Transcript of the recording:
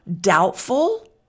doubtful